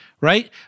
Right